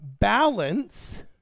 balance